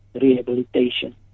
rehabilitation